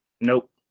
Nope